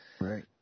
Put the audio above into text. Right